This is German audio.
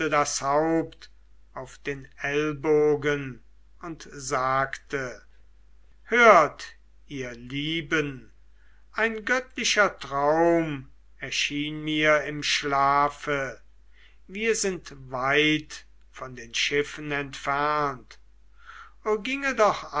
das haupt auf den ellenbogen und sagte hört ihr lieben ein göttlicher traum erschien mir im schlafe wir sind weit von den schiffen entfernt o ginge